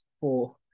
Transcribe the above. four